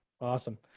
Awesome